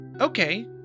Okay